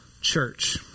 church